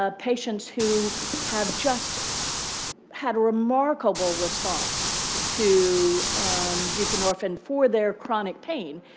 ah patients who have just had a remarkable response to buprenorphine for their chronic pain.